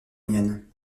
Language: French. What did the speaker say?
miennes